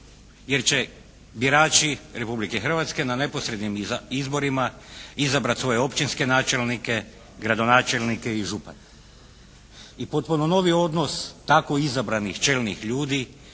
jer će birači Republike Hrvatske na neposrednim izborima izabrati svoje općinske načelnike, gradonačelnike i župane. I potpuno novi odnos tako izabranih čelnih ljudi